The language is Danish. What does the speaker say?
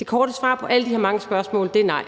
Det korte svar på alle de her spørgsmål er nej.